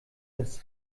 das